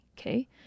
okay